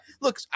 Look